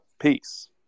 Peace